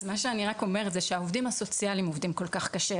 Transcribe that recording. אז מה שאני רק אומרת זה שהעובדים הסוציאליים עובדים כל כך קשה,